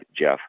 Jeff